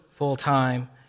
full-time